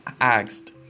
asked